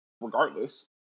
Regardless